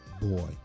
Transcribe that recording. boy